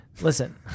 Listen